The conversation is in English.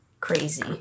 crazy